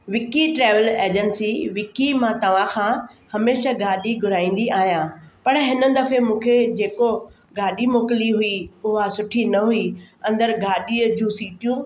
Vicky travel agency Vicky मां तव्हांखां हमेशह गाॾी घुराईंदी आहियां पर हिन दफ़े मूंखे जेको गाॾी मोकिली हुई उहा सुठी न हुई अंदरि गाॾीअ जूं सीटियूं